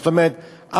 זאת אומרת,